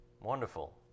wonderful